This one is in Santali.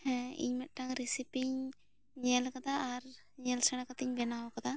ᱦᱮᱸ ᱤᱧ ᱢᱤᱫᱴᱮᱱ ᱨᱤᱥᱤᱯ ᱤᱧ ᱧᱮᱞ ᱟᱠᱟᱫᱟ ᱟᱨ ᱧᱮᱞ ᱥᱮᱬᱟ ᱠᱟᱛᱮ ᱤᱧ ᱵᱮᱱᱟᱣ ᱟᱠᱟᱫᱟ